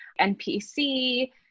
NPC